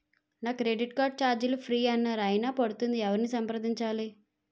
నా credit card ఛార్జీలు free అన్నారు అయినా పడుతుంది ఎవరిని సంప్రదించాలి?